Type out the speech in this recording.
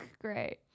great